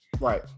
Right